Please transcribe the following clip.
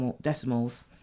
decimals